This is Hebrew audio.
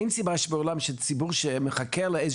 אין סיבה שבעולם שציבור שמחכה לאיזה